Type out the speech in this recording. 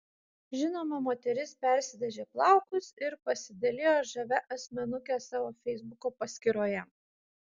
žinoma moteris persidažė plaukus ir pasidalijo žavia asmenuke savo feisbuko paskyroje